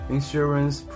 Insurance